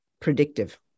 predictive